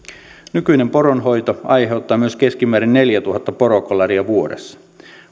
nykyinen poronhoito aiheuttaa myös keskimäärin neljätuhatta porokolaria vuodessa